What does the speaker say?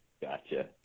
gotcha